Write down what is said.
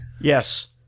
Yes